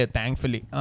thankfully